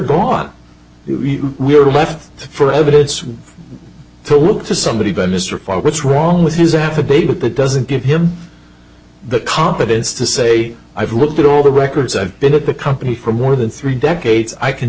gone we're left for evidence to look to somebody but mr paul what's wrong with his affidavit it doesn't give him the competence to say i've looked at all the records i've been at the company for more than three decades i can